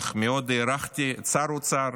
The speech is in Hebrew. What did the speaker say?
אך מאוד הערכתי את שר האוצר